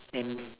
and